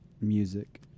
music